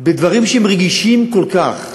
בדברים שהם רגישים כל כך.